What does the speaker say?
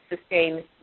sustain